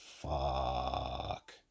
fuck